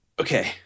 Okay